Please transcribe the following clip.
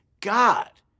God